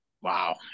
wow